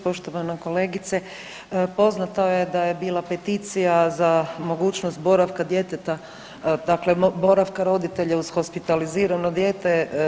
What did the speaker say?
Poštovan kolegice, poznato je da je bila peticija za mogućnost boravka djeteta dakle boravka roditelja uz hospitalizirano dijete.